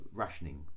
rationing